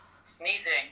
sneezing